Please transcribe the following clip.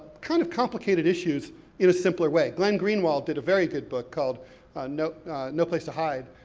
kind of complicated issues in a simpler way. glenn greenwald did a very good book called no no place to hide,